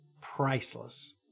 priceless